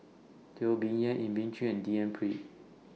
Teo Bee Yen Elim Chew and D N Pritt